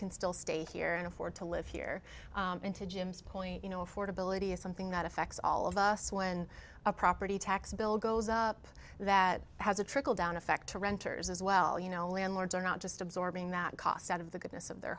can still stay here and afford to live here and to jim's point you know affordability is something that affects all of us when a property tax bill goes up that has a trickle down effect to renters as well you know landlords are not just absorbing that cost out of the goodness of their